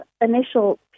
initial